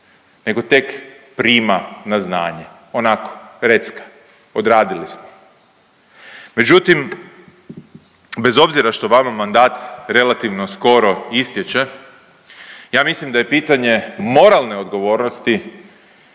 nego tek prima na znanje, onako, recka, odradili ste. Međutim, bez obzira što vama mandat relativno skoro istječe, ja mislim da je pitanje moralne odgovornosti,